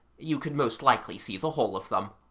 you could most likely see the whole of them.